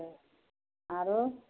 आओर